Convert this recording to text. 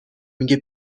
میگه